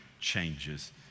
changes